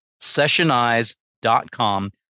Sessionize.com